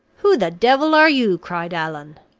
who the devil are you? cried allan.